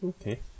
Okay